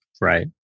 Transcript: Right